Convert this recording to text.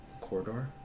corridor